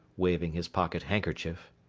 waving his pocket handkerchief.